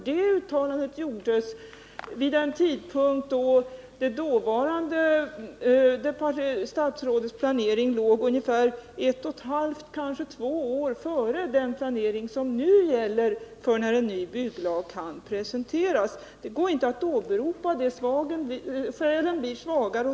Det uttalandet gjordes vid en tidpunkt då det dåvarande statsrådets planering låg ett och ett halvt, kanske två, år före den planering som nu gäller för presenterandet av en ny bygglag.